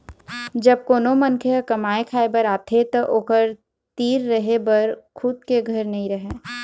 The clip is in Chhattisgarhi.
जब कोनो मनखे ह कमाए खाए बर आथे त ओखर तीर रहें बर खुद के घर नइ रहय